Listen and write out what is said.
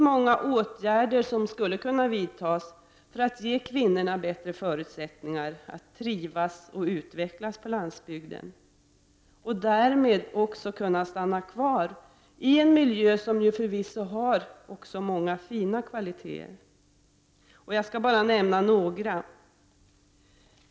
Många åtgärder skulle kunna vidtas för att ge kvinnorna bättre förutsättningar att trivas och utvecklas på landsbygden och därmed också stanna kvar i en miljö som ju förvisso också har många fina kvaliteter, och jag skall här nämna några.